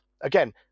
Again